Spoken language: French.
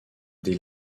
des